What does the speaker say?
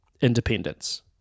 independence